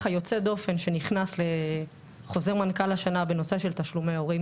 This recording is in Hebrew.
היוצא דופן שנכנס לחוזה מנכ"ל השנה בנושא של תשלומי ההורים